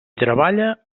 treballa